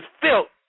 filth